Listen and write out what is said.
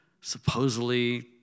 supposedly